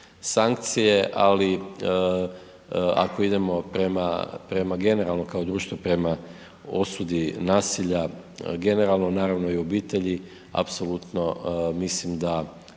sankcije, ali ako idemo prema, prema, generalno kao društvo, prema osudi nasilja generalno, naravno i u obitelji, apsolutno mislim da